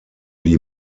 die